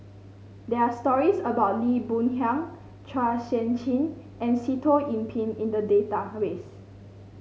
there are stories about Lee Boon Yang Chua Sian Chin and Sitoh Yih Pin in the database